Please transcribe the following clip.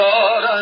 God